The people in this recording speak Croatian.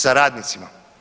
Sa radnicima.